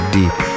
deep